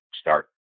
start